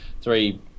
three